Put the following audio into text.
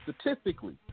statistically